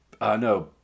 no